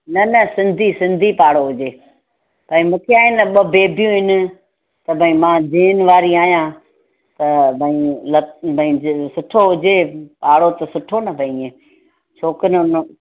न न सिंधी सिंधी पाड़ो हुजे भई मूंखे आहे न ॿ बेबियूं आहिनि त भई मां धीअनि वारी आहियां त भई सुठो हुजे पाड़ो त सुठो न त ईअं छोकिरियूं